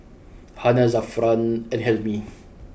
Hana Zafran and Hilmi